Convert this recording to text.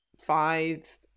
five